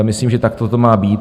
Myslím, že takto to má být.